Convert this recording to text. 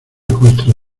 costra